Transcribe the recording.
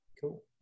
Cool